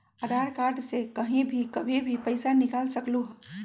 आधार card से कहीं भी कभी पईसा निकाल सकलहु ह?